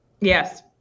Yes